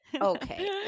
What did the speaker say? Okay